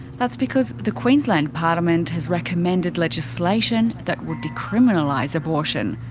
that's because the queensland parliament has recommended legislation that would decriminalise abortion,